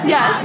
Yes